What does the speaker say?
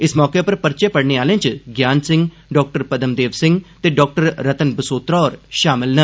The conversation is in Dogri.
इस मौके पर पर्चे पढ़ने आलें च ज्ञान सिंह डाक्टर पद्म देव सिंह ते डाक्टर रतन बसोत्रा होर शामल न